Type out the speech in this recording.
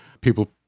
People